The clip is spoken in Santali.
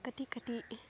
ᱠᱟᱹᱴᱤᱡ ᱠᱟᱹᱴᱤᱡ